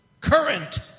Current